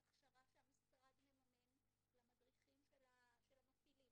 יש הכשרה שהמשרד מממן למדריכים של המפעילים,